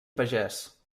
pagès